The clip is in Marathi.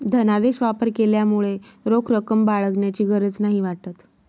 धनादेश वापर केल्यामुळे रोख रक्कम बाळगण्याची गरज नाही वाटत